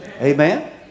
Amen